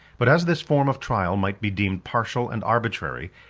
but as this form of trial might be deemed partial and arbitrary,